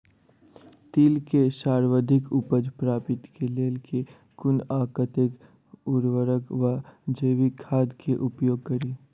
तिल केँ सर्वाधिक उपज प्राप्ति केँ लेल केँ कुन आ कतेक उर्वरक वा जैविक खाद केँ उपयोग करि?